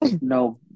no